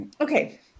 Okay